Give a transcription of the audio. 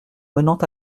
menant